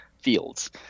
fields